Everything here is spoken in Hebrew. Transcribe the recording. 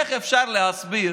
איך אפשר להסביר